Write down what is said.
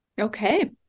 Okay